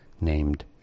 named